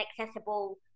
accessible